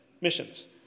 Missions